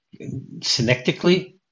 Synectically